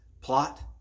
plot